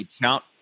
count